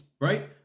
right